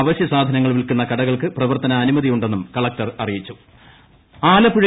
അവശ്യസാധനങ്ങൾ വിൽക്കുന്ന കടകൾക്ക് പ്രവർത്തനാനുമതിയുണ്ടെന്നും കളകൂർ അറിയിച്ചു